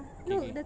okay okay